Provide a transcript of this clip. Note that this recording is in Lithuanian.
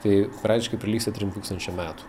tai praktiškai prilygsta trim tūkstančiam metų